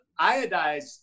iodized